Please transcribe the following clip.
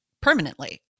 permanently